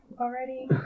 already